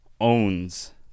owns